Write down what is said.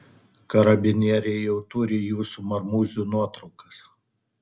karabinieriai jau turi jūsų marmūzių nuotraukas